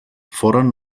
foren